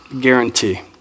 guarantee